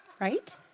Right